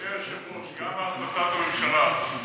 אדוני היושב-ראש, גם החלטת הממשלה להקצבת